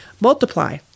Multiply